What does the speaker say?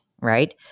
right